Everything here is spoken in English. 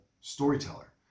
storyteller